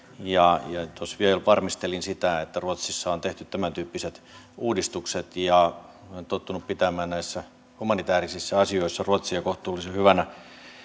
tuossa vielä varmistelin sitä että ruotsissa on tehty tämäntyyppiset uudistukset olen tottunut pitämään näissä humanitäärisissä asioissa ruotsia kohtuullisen hyvänä